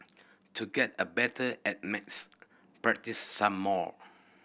to get a better at maths practise some more